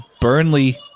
Burnley